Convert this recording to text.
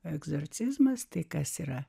egzorcizmas tai kas yra